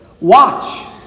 watch